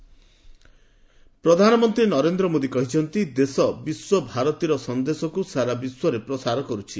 PM Visva Bharati ପ୍ରଧାନମନ୍ତ୍ରୀ ନରେନ୍ଦ୍ର ମୋଦି କହିଛନ୍ତି ଦେଶ ବିଶ୍ୱଭାରତୀର ସନ୍ଦେଶକୁ ସାରା ବିଶ୍ୱରେ ପ୍ରସାର କରୁଛି